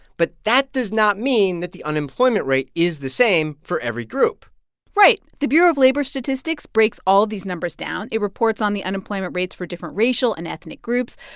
but that does not mean that the unemployment rate is the same for every group right. the bureau of labor statistics breaks all these numbers down. it reports on the unemployment rates for different racial and ethnic groups.